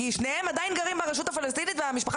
כי שניהם עדיין גרים ברשות הפלסטינית והמשפחה